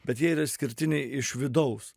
bet jie yra išskirtiniai iš vidaus